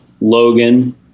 logan